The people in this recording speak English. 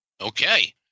Okay